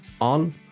on